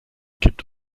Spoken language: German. kippt